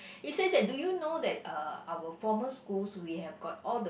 he says that do you know that uh our former schools we have got all the